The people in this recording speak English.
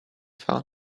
found